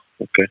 Okay